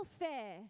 welfare